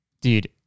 dude